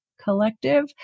Collective